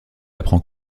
apprend